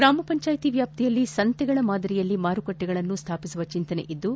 ಗ್ರಾಮ ಪಂಚಾಯಿತಿ ವ್ಯಾಪ್ತಿಯಲ್ಲಿ ಸಂತೆಗಳ ಮಾದರಿಯಲ್ಲಿ ಮಾರುಕಟ್ಟೆಗಳನ್ನು ಸ್ವಾಪಿಸುವ ಚಿಂತನೆ ಇದ್ದು